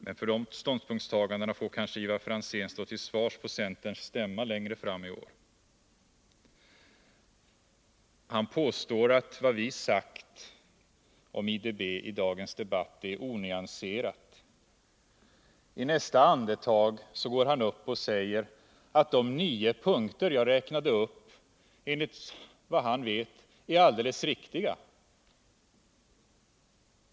Men för de ståndpunktstagandena får kanske Ivar Franzén stå till svars på centerns stämma längre fram i år. Han påstår att vad vi sagt om IDB i dagens debatt är onyanserat. I nästa andetag säger han att de nio punkter jag räknade upp enligt vad han vet är alldeles riktiga.